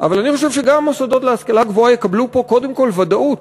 אבל אני חושב שגם המוסדות להשכלה גבוהה יקבלו פה קודם כול ודאות,